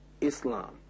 Islam